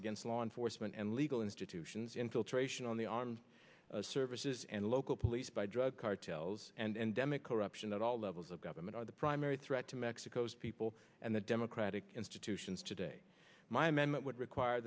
against law enforcement and legal institutions infiltration on the armed services and local police by drug cartels and demick corruption at all levels of government are the primary threat to mexico's people and the democratic institutions today my amendment would require